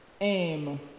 aim